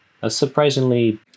surprisingly